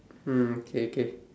mm okay okay